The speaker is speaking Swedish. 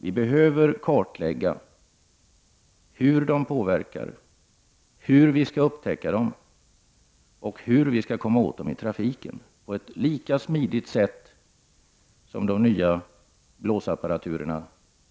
Vi behöver kartlägga hur de påverkar, hur vi skall upptäcka dem och hur vi skall komma åt dem i trafiken på ett lika smidigt sätt som görs genom den nya blåsapparaturen